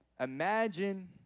Imagine